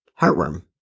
heartworm